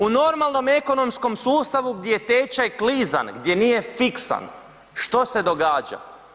U normalnom ekonomskom sustavu gdje je tečaj klizan, gdje nije fiksan, što se događa?